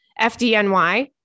FDNY